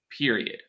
period